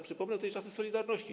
Przypomnę tutaj czasy „Solidarności”